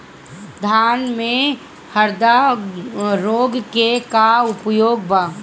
धान में हरदा रोग के का उपाय बा?